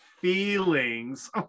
feelings